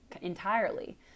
entirely